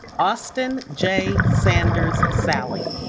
austin j. sanders sallee